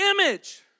image